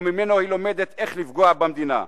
שממנו היא לומדת איך לפגוע במדינה.